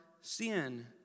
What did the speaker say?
sin